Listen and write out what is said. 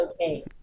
okay